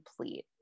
complete